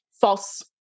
false